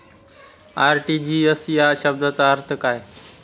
RTGS या शब्दाचा अर्थ काय?